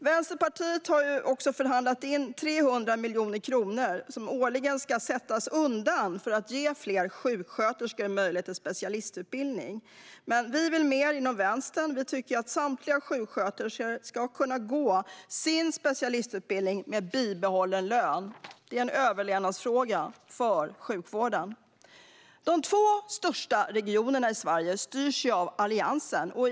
Vänsterpartiet har också förhandlat fram att 300 miljoner kronor årligen ska sättas undan för att ge fler sjuksköterskor möjlighet till specialistutbildning. Men vi vill mer inom Vänstern. Vi tycker att samtliga sjuksköterskor ska kunna gå sin specialistutbildning med bibehållen lön. Detta är en överlevnadsfråga för sjukvården. De två största regionerna i Sverige styrs av Alliansen.